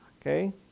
okay